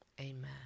amen